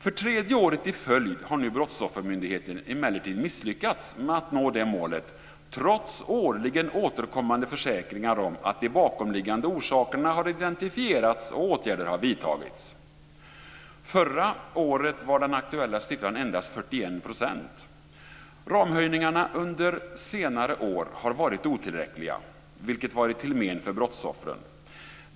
För tredje året i följd har nu Brottsoffermyndigheten emellertid misslyckats med att nå det målet, trots årligen återkommande försäkringar om att de bakomliggande orsakerna har identifierats och åtgärder har vidtagits. Förra året var den aktuella siffran endast 41 %. Ramhöjningarna har under senare år varit otillräckliga, vilket varit till men för brottsoffren.